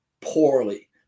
poorly